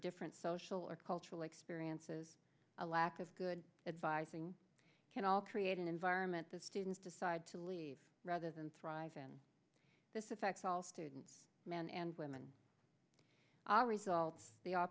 different social or cultural experiences a lack of good advising can all create an environment the students decide to leave rather than thrive and this effects all students men and women all results the all